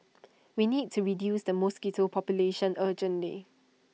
we need to reduce the mosquito population urgently